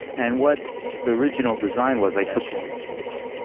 and what the original design was i took national institutes of health.